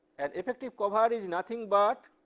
and effective cover is nothing but